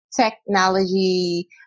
technology